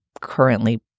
currently